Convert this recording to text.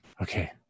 Okay